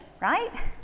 right